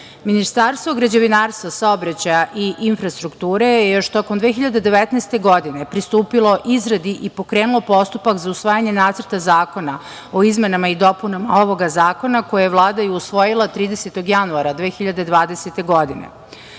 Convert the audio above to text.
saobraćaju. Ministarstvo građevinarstva, saobraćaja i infrastrukture je još tokom 2019. godine pristupilo izradi i pokrenulo postupak za usvajanje nacrta zakona o izmenama i dopunama ovog zakona, koji je Vlada i usvojila 30. januara 2020. godine.